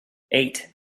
eight